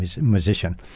musician